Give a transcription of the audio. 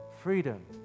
Freedom